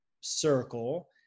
circle